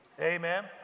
Amen